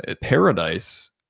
paradise